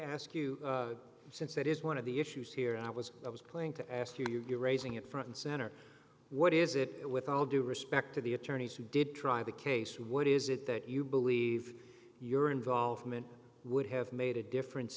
ask you since it is one of the issues here i was i was playing to ask you you're raising it front and center what is it with all due respect to the attorneys who did try the case what is it that you believe your involvement would have made a difference